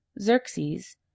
Xerxes